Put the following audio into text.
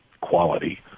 quality